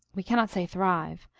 we can not say thrive,